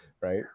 right